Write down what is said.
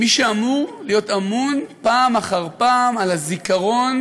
ממי שאמור להיות אמון פעם אחר פעם על הזיכרון